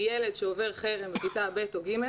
ילד שעובר חרם בכיתה ב' או ג',